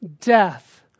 death